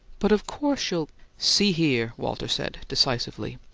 but of course you'll see here! walter said, decisively.